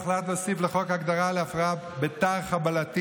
הוחלט להוסיף לחוק הגדרה להפרעה בתר-חבלתית,